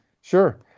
sure